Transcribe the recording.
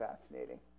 fascinating